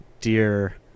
dear